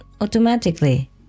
automatically